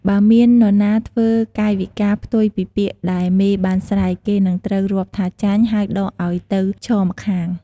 បើមាននរណាធ្វើកាយវិការផ្ទុយពីពាក្យដែលមេបានស្រែក គេនឹងត្រូវរាប់ថាចាញ់ ហើយដកឱ្យទៅឈរម្ខាង។